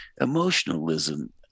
emotionalism